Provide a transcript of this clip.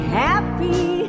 happy